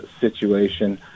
situation